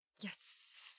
Yes